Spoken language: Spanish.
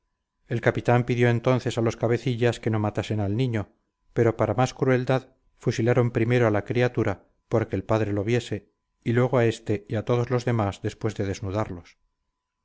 el capitán pidió entonces a los cabecillas que no matasen al niño pero para más crueldad fusilaron primero a la criatura por que el padre lo viese y luego a este y a todos los demás después de desnudarlos